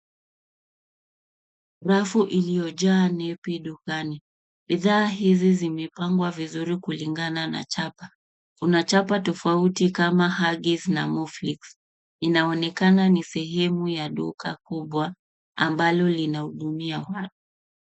Rafu iliyojaa nepi dukani. Bidhaa hizi zimepangwa vizuri kulingana na chapa. Kuna chapa tofauti kama huggies na molflix .Inaonekana ni sehemu ya duka kubwa ambalo linahudumia watu.